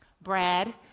Brad